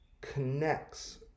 connects